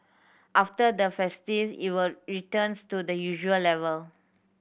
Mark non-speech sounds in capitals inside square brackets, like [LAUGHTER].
after the [UNINTELLIGIBLE] it will returns to the usual level